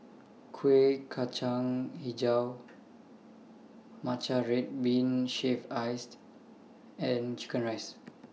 Kuih Kacang Hijau Matcha Red Bean Shaved Ice and Chicken Rice